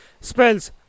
spells